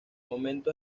momento